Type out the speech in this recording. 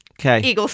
Okay